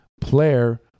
player